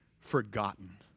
forgotten